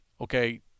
okay